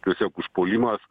tiesiog užpuolimas